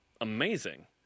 amazing